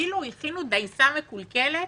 כאילו הכינו דייסה מקולקלת,